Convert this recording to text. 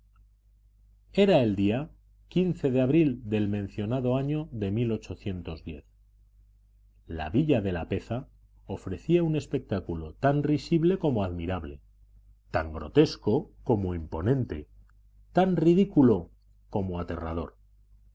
era el día de abril del mencionado año de la villa de lapeza ofrecía un espectáculo tan risible como admirable tan grotesco como imponente tan ridículo como aterrador